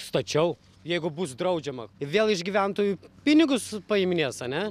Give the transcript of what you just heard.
stačiau jeigu bus draudžiama ir vėl iš gyventojų pinigus paiminės ane